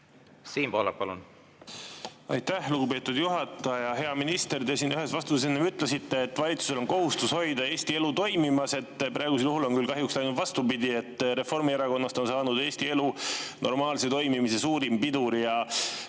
Siim Pohlak, palun! Aitäh, lugupeetud juhataja! Hea minister! Te siin ühes vastuses ütlesite, et valitsusel on kohustus hoida Eesti elu toimimas. Praegusel juhul on küll kahjuks läinud vastupidi. Reformierakonnast on saanud Eesti elu normaalse toimimise suurim pidur. Ja